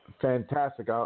fantastic